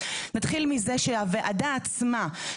נתחיל מזה שהוועדה עצמה,